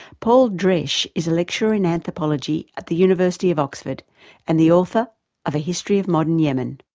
paul dresch is a lecturer in anthropology at the university of oxford and the author of a history of modern yemen.